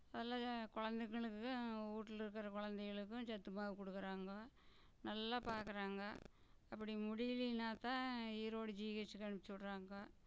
அல்லா குழந்தைகளுக்கும் வீட்ல இருக்கிற குழந்தைகளுக்கும் சத்து மாவு குடுக்குறாங்க நல்லா பாக்குறாங்க அப்படி முடியலின்னாத்தான் ஈரோடு ஜிஹெச்சுக்கு அனுப்ச்சு விட்றாங்கோ